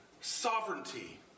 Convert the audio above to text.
sovereignty